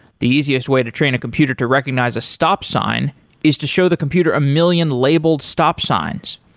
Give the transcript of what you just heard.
the easiest way to train a computer to recognize a stop sign is to show the computer a million labeled stop signs.